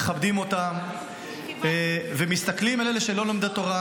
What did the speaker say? מכבדים אותם ומסתכלים על אלה שלא לומדי תורה,